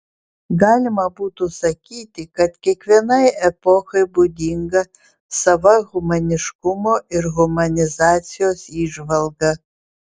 galima būtų sakyti kad kiekvienai epochai būdinga sava humaniškumo ir humanizacijos įžvalga